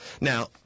Now